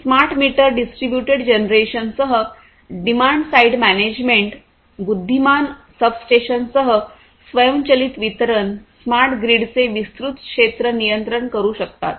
smart meter distributed जनरेशनसह demand side management बुद्धिमान सबस्टेशन्ससह स्वयंचलित वितरण स्मार्ट ग्रिडचे विस्तृत क्षेत्र नियंत्रण करू शकतात